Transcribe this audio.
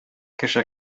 кеше